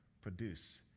produce